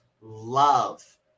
love